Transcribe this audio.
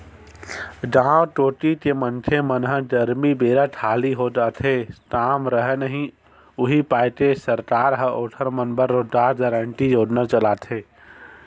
गाँव कोती के मनखे मन ह गरमी बेरा खाली हो जाथे काम राहय नइ उहीं पाय के सरकार ह ओखर मन बर रोजगार गांरटी योजना चलाथे